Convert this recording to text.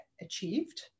achieved